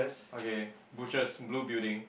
okay butchers blue building